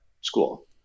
school